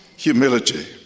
Humility